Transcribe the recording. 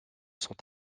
sont